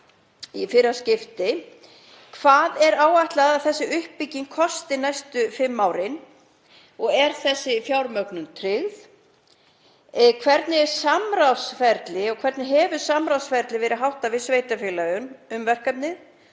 í fyrra skipti: Hvað er áætlað að þessi uppbygging kosti næstu fimm árin og er þessi fjármögnun tryggð? Hvernig er samráðsferli og hvernig hefur samráðsferli verið háttað við sveitarfélögin um verkefnið